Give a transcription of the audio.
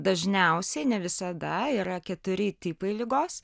dažniausiai ne visada yra keturi tipai ligos